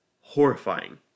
horrifying